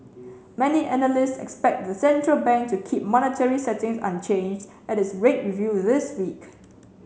many analysts expect the central bank to keep monetary settings unchanged at its rate review this week